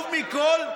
חשוב מכול,